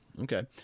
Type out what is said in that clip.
Okay